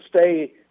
stay